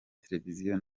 televiziyo